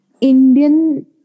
Indian